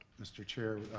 mr. chair,